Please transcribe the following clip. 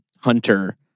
Hunter